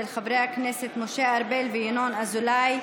של חברי הכנסת משה ארבל וינון אזולאי: